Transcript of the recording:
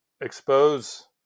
expose